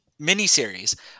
miniseries